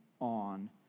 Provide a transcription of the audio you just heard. on